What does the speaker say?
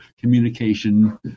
communication